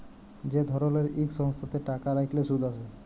যে ধরলের ইক সংস্থাতে টাকা রাইখলে সুদ আসে